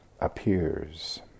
appears